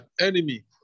enemy